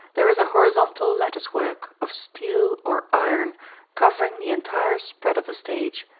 there is a horizontal lattice work of steel or iron covering the entire spread of the stage,